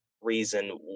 reason